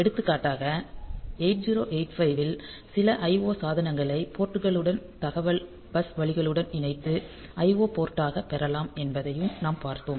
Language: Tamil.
எடுத்துக்காட்டாக 8085 இல் சில IO சாதனங்களை போர்ட் களுடன் தகவல் பஸ் வழிகளுடன் இணைத்து IO போர்ட்டாகப் பெறலாம் என்பதையும் நாம் பார்த்தோம்